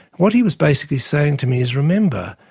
what he was basically saying to me is remember,